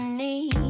need